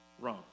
wrong